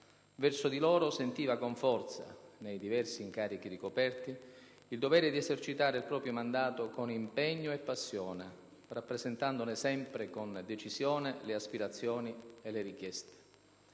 verso di loro sentiva con forza - nei diversi incarichi ricoperti - il dovere di esercitare il proprio mandato con impegno e passione, rappresentandone sempre con decisione le aspirazioni e le richieste.